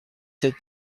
sept